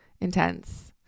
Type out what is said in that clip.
intense